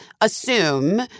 assume